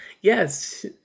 Yes